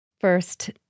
first